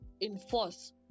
enforce